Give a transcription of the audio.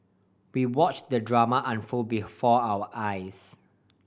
we watch the drama unfold before our eyes